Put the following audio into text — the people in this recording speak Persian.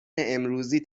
امروزی